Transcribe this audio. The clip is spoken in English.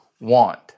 want